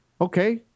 okay